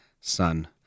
son